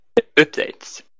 updates